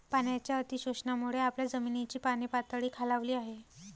पाण्याच्या अतिशोषणामुळे आपल्या जमिनीची पाणीपातळी खालावली आहे